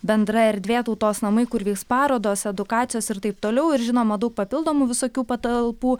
bendra erdvė tautos namai kur vyks parodos edukacijos ir taip toliau ir žinoma daug papildomų visokių patalpų